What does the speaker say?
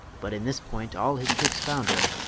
but in this point all his trickes founder,